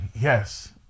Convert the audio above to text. yes